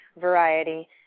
Variety